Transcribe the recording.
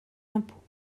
impôts